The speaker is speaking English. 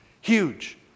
Huge